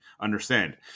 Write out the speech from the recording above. understand